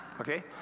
Okay